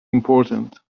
important